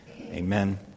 Amen